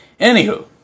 Anywho